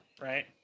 right